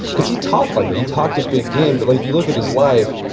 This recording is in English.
because he talked like that. he talked a big game, but like if you look at his life,